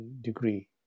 degree